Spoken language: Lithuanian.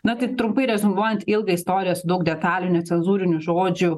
na taip trumpai reziumuojant ilgą istoriją su daug detalių necenzūrinių žodžių